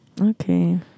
Okay